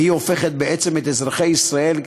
והיא הופכת בעצם את אזרחי ישראל,